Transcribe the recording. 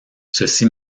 ceci